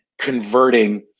converting